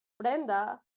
Brenda